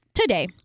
Today